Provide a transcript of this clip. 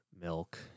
milk